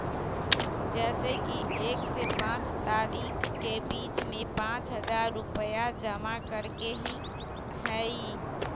जैसे कि एक से पाँच तारीक के बीज में पाँच हजार रुपया जमा करेके ही हैई?